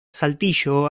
saltillo